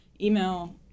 email